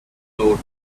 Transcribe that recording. float